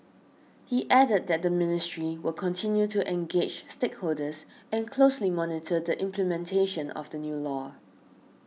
he added that the ministry will continue to engage stakeholders and closely monitor the implementation of the new law